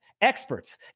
experts